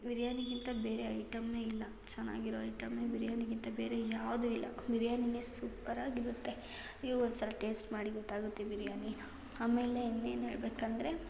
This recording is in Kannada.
ಬಿರಿಯಾನಿಗಿಂತ ಬೇರೆ ಐಟಮ್ಮೇ ಇಲ್ಲ ಚೆನ್ನಾಗಿರೋ ಐಟಮ್ಮೆ ಬಿರಿಯಾನಿಗಿಂತ ಬೇರೆ ಯಾವುದೂ ಇಲ್ಲ ಬಿರಿಯಾನಿಯೇ ಸೂಪರಾಗಿರುತ್ತೆ ನೀವೂ ಒಂದ್ಸಲ ಟೇಸ್ಟ್ ಮಾಡಿ ಗೊತ್ತಾಗುತ್ತೆ ಬಿರಿಯಾನಿ ಆಮೇಲೆ ಇನ್ನೇನು ಹೇಳ್ಬೇಕಂದ್ರೆ